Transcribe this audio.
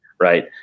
right